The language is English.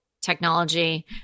technology